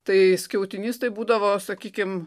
tai skiautinys tai būdavo sakykim